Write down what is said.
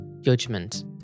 judgment